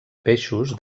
peixos